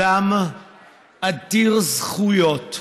אדם עתיר זכויות,